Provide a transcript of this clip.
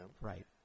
Right